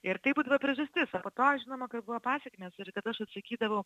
ir tai būdavo priežastis o po to žinoma kad buvo pasekmės ir kad aš atsakydavau